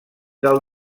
del